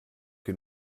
que